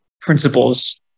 principles